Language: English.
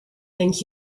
thank